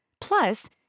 Plus